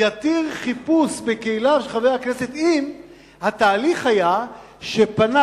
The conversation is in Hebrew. יתיר חיפוש בכליו של חבר הכנסת אם התהליך היה שפנה